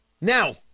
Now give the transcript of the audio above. Now